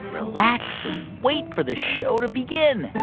relax and wait for the show to begin